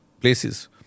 places